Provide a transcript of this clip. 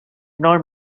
nor